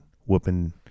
whooping